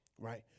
Right